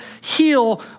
heal